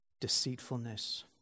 deceitfulness